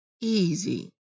easy